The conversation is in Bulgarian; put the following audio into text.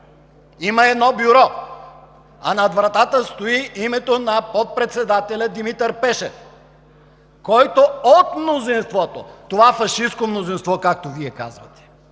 има едно бюро, а над вратата стои името на подпредседателя Димитър Пешев, който е от мнозинството, това фашистко мнозинство, както Вие казвате,